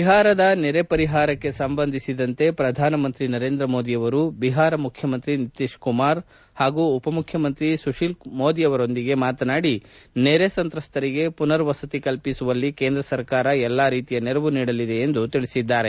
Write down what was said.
ಬಿಹಾರದ ನೆರೆ ಪರಿಹಾರಕ್ಕೆ ಸಂಬಂಧಿಸಿದಂತೆ ಪ್ರಧಾನ ಮಂತ್ರಿ ನರೇಂದ್ರ ಮೋದಿಯವರು ಬಿಹಾರ ಮುಖ್ಯಮಂತ್ರಿ ನಿತೀಶ್ ಕುಮಾರ್ ಹಾಗೂ ಉಪಮುಖ್ಯಮಂತ್ರಿ ಸುಶೀಲ್ ಮೋದಿಯವರೊಂದಿಗೆ ಮಾತನಾಡಿ ನೆರೆ ಸಂತ್ರಸ್ತರಿಗೆ ಪುನರ್ವಸತಿ ಕಲ್ಪಿಸುವಲ್ಲಿ ಕೇಂದ್ರ ಸರಕಾರ ಎಲ್ಲ ರೀತಿಯ ನೆರವು ನೀಡಲಿದೆ ಎಂದು ತಿಳಿಸಿದ್ದಾರೆ